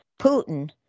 Putin